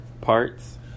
parts